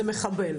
זה מחבל,